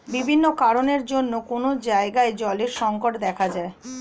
বিভিন্ন কারণের জন্যে কোন জায়গায় জলের সংকট দেখা যায়